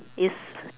it's